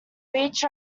beach